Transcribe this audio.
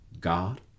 God